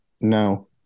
no